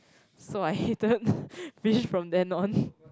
so I hated fish from then on